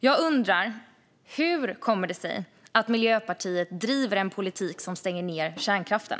Jag undrar hur det kommer sig att Miljöpartiet driver en politik som stänger ned kärnkraften.